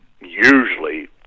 usually